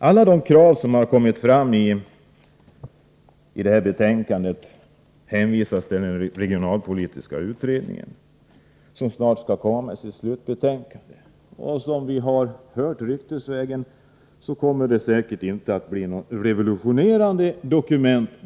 Alla krav som har ställts i detta betänkande hänvisas till regionalpolitiska utredningen, som snart skall lägga fram sitt slutbetänkande. Som vi har hört ryktesvägen kommer det säkert inte att bli något revolutionerande dokument.